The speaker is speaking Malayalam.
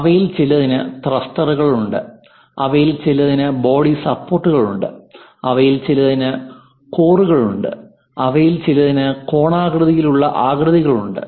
അവയിൽ ചിലതിന് ത്രസ്റ്ററുകളുണ്ട് അവയിൽ ചിലതിന് ബോഡി സപ്പോർട്ടുകളുണ്ട് അവയിൽ ചിലതിന് കോറുകളുമുണ്ട് അവയിൽ ചിലതിന് കോണാകൃതിയിലുള്ള ആകൃതികളുമുണ്ട്